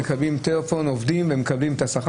נחזור לאופן המיוחד של העסקת עובדים ביום הבחירות.